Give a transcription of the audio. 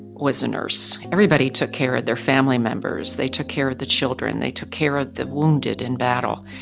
was a nurse. everybody took care of their family members. they took care of the children. they took care of the wounded in battle.